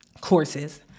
courses